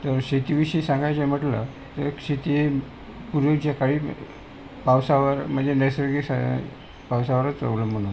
तर शेतीविषयी सांगायचे म्हटलं तर शेती ही पूर्वीच्या काळी पावसावर म्हणजे नैसर्गिक सा पावसावरच अवलंबून होती